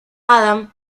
adam